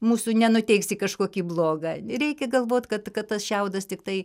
mūsų nenuteiks į kažkokį blogą reikia galvot kad kad tas šiaudas tiktai